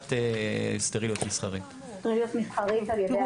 בדיקת סטריליות מסחרית.